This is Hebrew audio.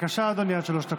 בבקשה, אדוני, עד שלוש דקות.